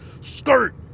skirt